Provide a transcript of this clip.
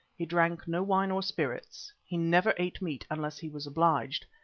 he drank no wine or spirits he never ate meat unless he was obliged,